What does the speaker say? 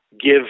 give